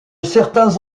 certains